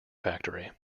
factory